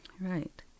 Right